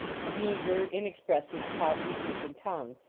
a meager, inex pressive, poverty-stricken tongue.